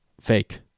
Fake